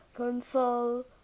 console